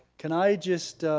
can i just,